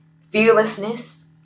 fearlessness